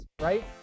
right